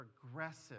progressive